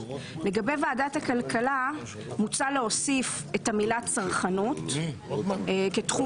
לגבי ועדת הכלכלה מוצע להוסיף את המילה "צרכנות" כתחום